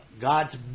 God's